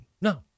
No